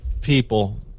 people